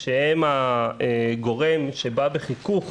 שהם הגורם שבא בחיכוך